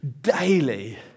daily